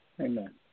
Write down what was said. Amen